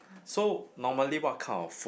so normally what kind of food